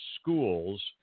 schools